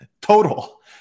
total